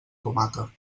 tomata